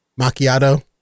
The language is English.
macchiato